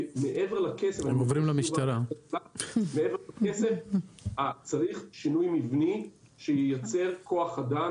מעבר לכסף צריך שינוי מבני שייצר כוח אדם